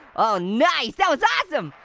oh, nice, that was awesome!